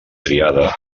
tríada